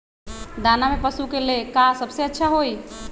दाना में पशु के ले का सबसे अच्छा होई?